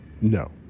No